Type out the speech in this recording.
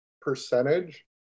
percentage